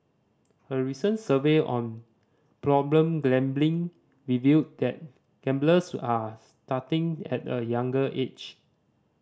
a recent survey on problem gambling revealed that gamblers are starting at a younger age